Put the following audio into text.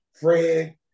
Fred